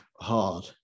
hard